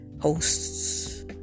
hosts